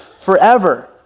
forever